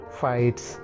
fights